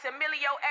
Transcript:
Emilio